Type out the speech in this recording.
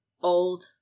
Old